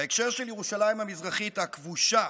בהקשר של ירושלים המזרחית הכבושה,